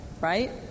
right